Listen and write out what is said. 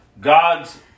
God's